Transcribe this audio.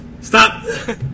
stop